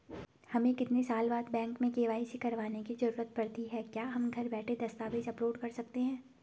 हमें कितने साल बाद बैंक में के.वाई.सी करवाने की जरूरत पड़ती है क्या हम घर बैठे दस्तावेज़ अपलोड कर सकते हैं?